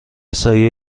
سایه